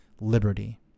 liberty